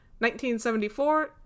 1974